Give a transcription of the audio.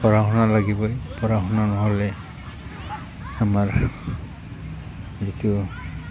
পঢ়া শুনা লাগিবই পঢ়া শুনা নহ'লে আমাৰ যিটো